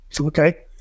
Okay